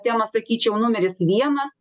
tema sakyčiau numeris vienas